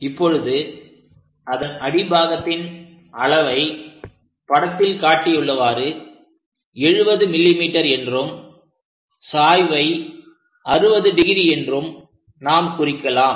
இப்பொழுது அதன் அடிபாகத்தின் அளவை படத்தில் காட்டியுள்ளவாறு 70 mm என்றும் சாய்வை 60° என்றும் நாம் குறிக்கலாம்